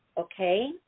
Okay